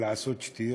מלעשות שטויות?